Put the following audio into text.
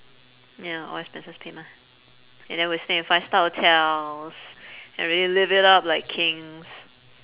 ya all expenses paid mah and then we'll stay in five-star hotels and really live it up like kings